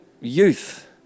youth